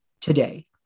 today